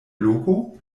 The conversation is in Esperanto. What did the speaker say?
loko